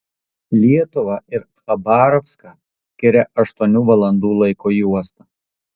lietuvą ir chabarovską skiria aštuonių valandų laiko juosta